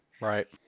right